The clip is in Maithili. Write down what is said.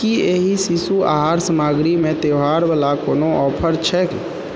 की एहि शिशु आहार सामग्रीमे त्यौहार वला कोनो ऑफर छैक